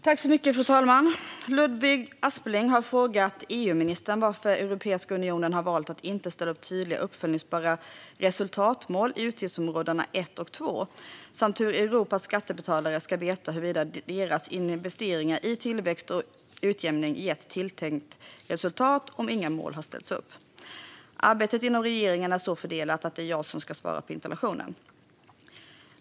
Fru talman! Ludvig Aspling har frågat EU-ministern varför Europeiska unionen har valt att inte ställa upp tydliga uppföljningsbara resultatmål i utgiftsområdena 1 och 2 samt hur Europas skattebetalare ska veta huruvida deras investeringar i tillväxt och utjämning gett tilltänkt resultat om inga mål ställs upp. Arbetet inom regeringen är så fördelat att det är jag som ska svara på interpellationen.